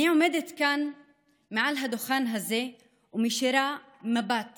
אני עומדת כאן מעל הדוכן הזה ומישירה מבט